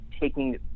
taking